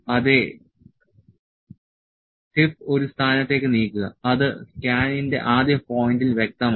അതെ ടിപ്പ് ഒരു സ്ഥാനത്തേക്ക് നീക്കുക അത് സ്കാനിന്റെ ആദ്യ പോയിന്റിൽ വ്യക്തമാണ്